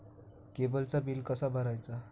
केबलचा बिल कसा भरायचा?